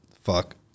fuck